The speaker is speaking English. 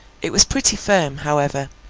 it was pretty firm, however,